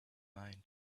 mind